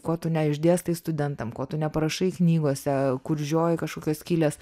ko tu neišdėstai studentam ko tu neparašai knygose kur žioji kažkokios skylės